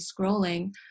scrolling